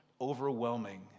overwhelming